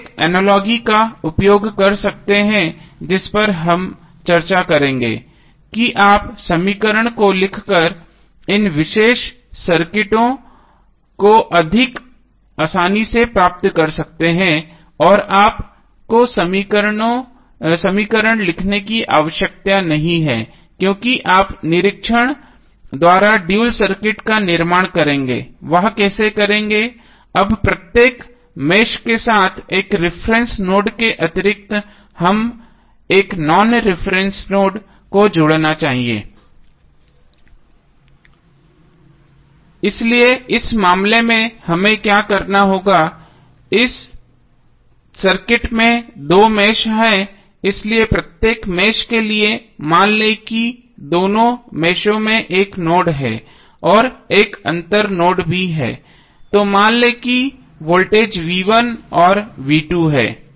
आप एक अनालोगी का उपयोग कर सकते हैं जिस पर हम चर्चा करेंगे कि आप समीकरण को लिखकर इन विशेष सर्किटों को अधिक आसानी से प्राप्त कर सकते हैं और आपको समीकरण लिखने की आवश्यकता नहीं है क्योंकि आप निरीक्षण द्वारा ड्यूल सर्किट का निर्माण करेंगे वह कैसे करेंगे अब प्रत्येक मेष के साथ एक रिफरेन्स नोड के अतिरिक्त हम एक नॉन रिफरेन्स नोड को जोड़ना चाहिए इसलिए इस मामले में क्या होगा इस सर्किट में दो मेष हैं इसलिए प्रत्येक मेष के लिए मान लें कि दोनों मेषों में एक नोड है और एक अंतर नोड भी है तो मान लें कि वोल्टेज v1 और v2 है